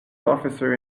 officer